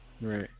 Right